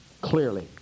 clearly